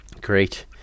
Great